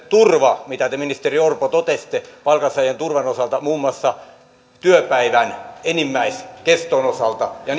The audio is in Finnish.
turva mitä te ministeri orpo totesitte palkansaajan turvan osalta muun muassa työpäivän enimmäiskeston osalta ja